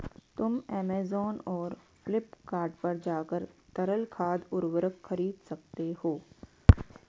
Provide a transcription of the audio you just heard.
तुम ऐमेज़ॉन और फ्लिपकार्ट पर जाकर तरल खाद उर्वरक खरीद सकते हो